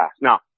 Now